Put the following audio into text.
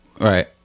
Right